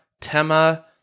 Tema